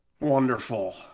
Wonderful